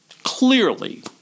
Clearly